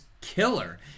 killer